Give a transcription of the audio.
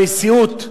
לנשיאות,